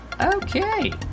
Okay